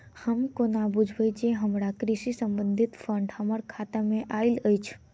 हम कोना बुझबै जे हमरा कृषि संबंधित फंड हम्मर खाता मे आइल अछि?